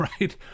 right